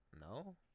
No